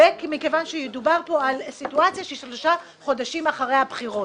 ומכיוון שמדובר פה על סיטואציה של שלושה חודשים אחרי הבחירות.